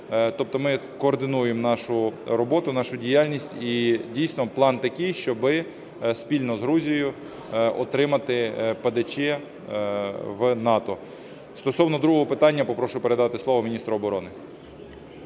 Тобто ми координуємо нашу роботу, нашу діяльність. І, дійсно, план такий, щоб спільно з Грузією отримати ПДЧ в НАТО. Стосовно другого питання попрошу передати слово міністру оборони.